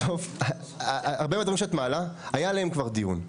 בסוף, הרבה מהטיעונים שאת מעלה, היה עליהם דיון.